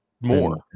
more